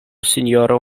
sinjoro